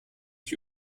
ich